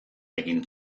egin